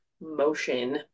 motion